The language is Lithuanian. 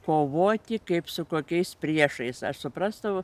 kovoti kaip su kokiais priešais aš suprasdavau